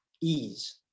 Ease